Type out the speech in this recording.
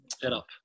setup